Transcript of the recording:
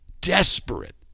desperate